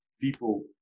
people